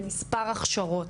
למספר הכשרות,